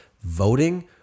voting